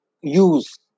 use